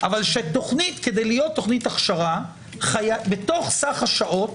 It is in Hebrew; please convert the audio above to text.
אבל שתוכנית כדי להיות תוכניות הכשרה בתוך סך השעות